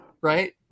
right